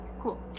cool